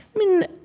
i mean,